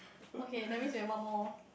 okay that's means we have one more